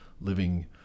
living